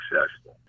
successful